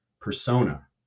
persona